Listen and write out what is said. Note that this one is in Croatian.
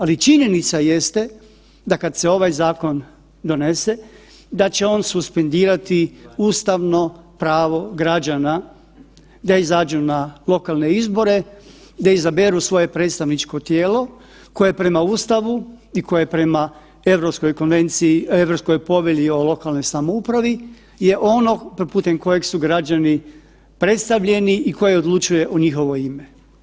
Ali činjenica jeste, da kad se ovaj zakon donese da će on suspendirati ustavno pravo građana da izađu na lokalne izbore, da izaberu svoje predstavničko tijelo koje prema Ustavu i koje prema Europskoj konvenciji, Europskoj povelji o lokalnoj samoupravi je ono putem kojeg su građani predstavljeni i koje odlučuje u njihovo ime.